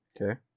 Okay